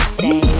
say